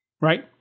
Right